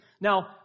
Now